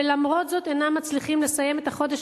ולמרות זאת אינם מצליחים לסיים את החודש,